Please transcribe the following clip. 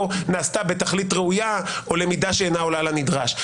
נעשתה בתכלית ראויה או למידה שאינה עולה על הנדרש.